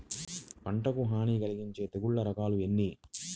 పంటకు హాని కలిగించే తెగుళ్ళ రకాలు ఎన్ని?